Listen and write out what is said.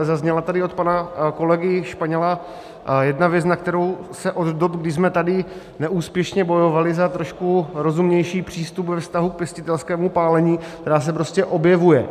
Ale zazněla tady od pana kolegy Španěla jedna věc, na kterou se od dob, kdy jsme tady neúspěšně bojovali za trošku rozumnější přístup ve vztahu k pěstitelskému pálení, která se prostě objevuje.